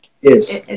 Yes